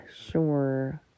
sure